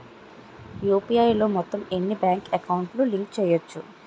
UPI లో మొత్తం ఎన్ని బ్యాంక్ అకౌంట్ లు లింక్ చేయచ్చు?